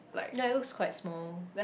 yea it looks quite small